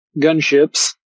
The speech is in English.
gunships